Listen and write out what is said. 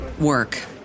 work